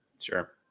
Sure